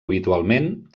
habitualment